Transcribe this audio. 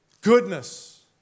goodness